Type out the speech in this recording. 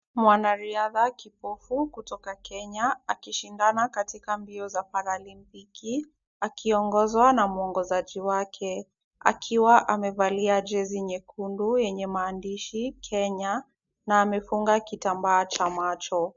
Mwanariadha kipofu kutoka Kenya akishindana katika mbio za paralympics akiongozwa na mwongozaji wake akiwa amevalia jezi nyekundu yenye maandishi Kenya na amefunga kitambaa cha macho.